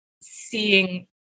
seeing